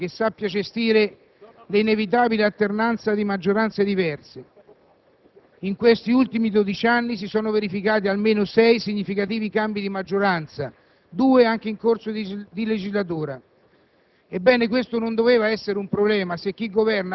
Diciamo di volere una democrazia matura, stabile, che sappia gestire le inevitabili alternanze di maggioranze diverse. In questi ultimi dodici anni si sono verificati almeno sei significativi cambi di maggioranza, due anche in corso di legislatura.